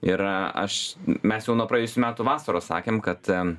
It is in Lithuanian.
ir aš mes jau nuo praėjusių metų vasaros sakėm kad